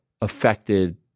affected